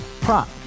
prop